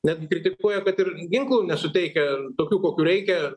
netgi kritikuoja kad ir ginklų nesuteikia tokių kokių reikia